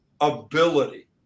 ability